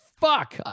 fuck